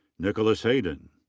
nicholas hayden.